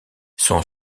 son